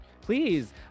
Please